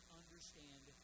understand